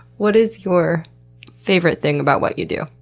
what is your favorite thing about what you do?